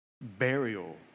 burial